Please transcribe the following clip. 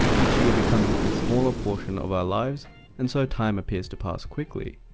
each year becomes a smaller portion of our lives and so time appears to pass quickly.